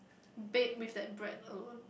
bed with the bread alone